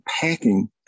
packing